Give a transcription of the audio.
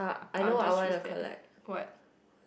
I'll just risk that what